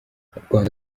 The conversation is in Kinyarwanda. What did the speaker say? rwanda